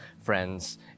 friends